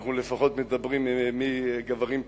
אנחנו לפחות מדברים, "מי גאווארים פארוסקי"